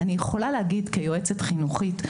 אני יכולה להגיד כיועצת חינוכית,